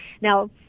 Now